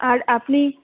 আর আপনি